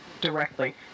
directly